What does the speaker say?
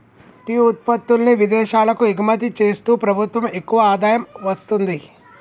tea ఉత్పత్తుల్ని విదేశాలకు ఎగుమతి చేస్తూ ప్రభుత్వం ఎక్కువ ఆదాయం వస్తుంది